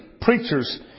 preachers